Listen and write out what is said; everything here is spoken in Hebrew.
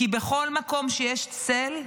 כי בכל מקום שיש צל,